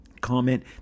comment